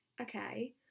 okay